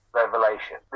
revelation